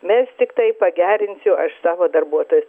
mes tiktai pagerinsiu aš savo darbuotojus